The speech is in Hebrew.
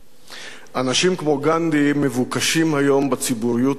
אנשים כמו גנדי מבוקשים היום בציבוריות הישראלית,